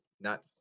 not-